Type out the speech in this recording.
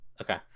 Okay